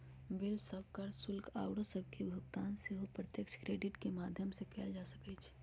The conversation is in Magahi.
बिल सभ, कर, शुल्क आउरो सभके भुगतान सेहो प्रत्यक्ष क्रेडिट के माध्यम से कएल जा सकइ छै